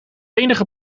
enige